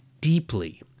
deeply